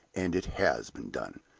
and it has been done.